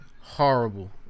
horrible